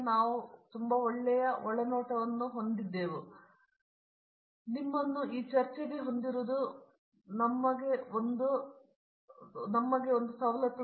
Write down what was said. ಪ್ರತಾಪ್ ಹರಿಡೋಸ್ ಈ ಚರ್ಚೆಯಲ್ಲಿ ನಾವು ನಿಮ್ಮನ್ನು ಹೊಂದಿರುವ ಒಂದು ಸವಲತ್ತು